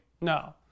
no